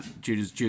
Judas